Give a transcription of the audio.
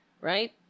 right